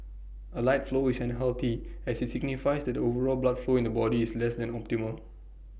A light flow is unhealthy as IT signifies that the overall blood flow in the body is less than optimal